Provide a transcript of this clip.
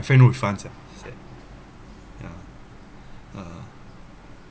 is it my friend no refund sia she said ya uh